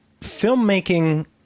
filmmaking